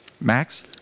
Max